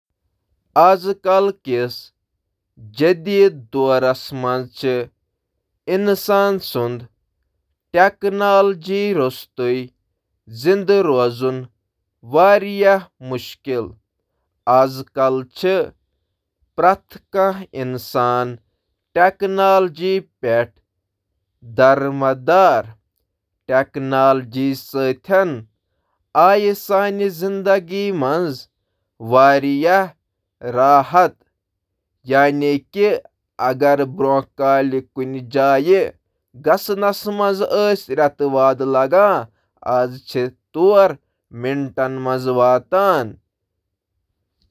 آ، جدید ٹیکنالوجی وراۓ روزُن چُھ ممکن، مگر یہٕ چُھ نہٕ انسٲنی وجود خاطرٕ ضروری۔ ساسہٕ بٔدین ؤرین تام، لوک رود بنیٲدی اوزار، کاشتکاری تہٕ قدرتی وسائلن ہنٛد استعمال کرتھ زندٕ۔